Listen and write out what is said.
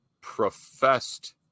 professed